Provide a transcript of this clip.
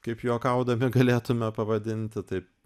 kaip juokaudami galėtume pavadinti taip